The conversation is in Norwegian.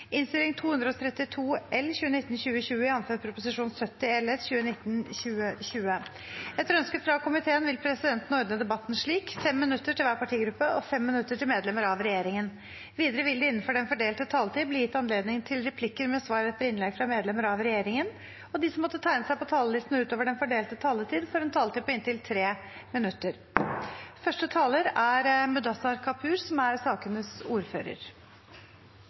innstilling foreligger i sakene nr. 4 og 5. Stortinget går da til behandling av sakene nr. 4 og 5. Etter ønske fra finanskomiteen vil disse sakene behandles under ett. Etter ønske fra finanskomiteen vil presidenten ordne debatten slik: 5 minutter til hver partigruppe og 5 minutter til medlemmer av regjeringen. Videre vil det innenfor den fordelte taletid bli gitt anledning til replikkordskifte etter innlegg fra medlemmer av regjeringen, og de som måtte tegne seg på talerlisten utover den fordelte taletid, har en taletid på inntil 3 minutter.